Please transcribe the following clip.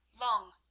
long